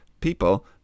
People